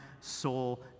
soul